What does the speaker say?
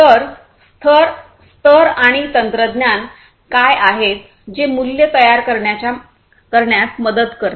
तर स्तर आणि तंत्रज्ञान काय आहेत जे मूल्ये तयार करण्यात मदत करतील